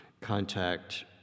contact